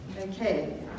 Okay